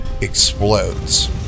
explodes